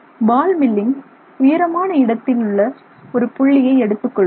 பால் மில்லின் உயரமான இடத்திலுள்ள ஒரு புள்ளியை எடுத்துக்கொள்வோம்